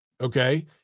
okay